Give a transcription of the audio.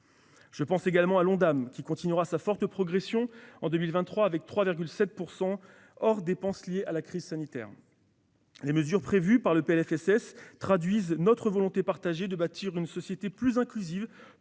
d'assurance maladie (Ondam), qui continuera sa forte progression en 2023 : une hausse de 3,7 % hors dépenses liées à la crise sanitaire. Les mesures prévues dans ce PLFSS traduisent notre volonté partagée de bâtir une société plus inclusive